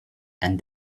and